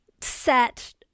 set